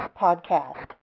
podcast